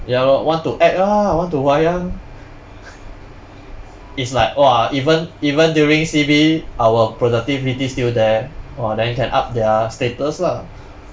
ya lor want to act ah want to wayang it's like !whoa! even even during C_B our productivity still there !whoa! then can up their status lah